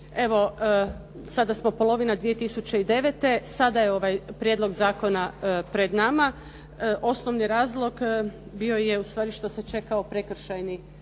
evo sada smo polovina 2009., sada je ovaj prijedlog zakona pred nama. Osnovni razlog bio je ustvari što se čekao Prekršajni